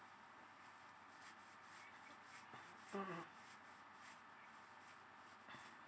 mmhmm